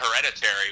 Hereditary